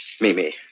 Mimi